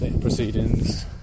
proceedings